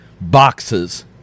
boxes